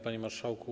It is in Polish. Panie Marszałku!